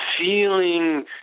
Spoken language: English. feeling